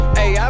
Hey